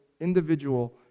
individual